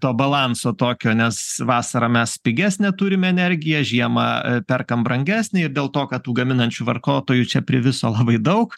to balanso tokio nes vasarą mes pigesnę turim energiją žiemą perkam brangesnę ir dėl to kad tų gaminančių vartotojų čia priviso labai daug